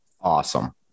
Awesome